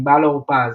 ענבל אורפז,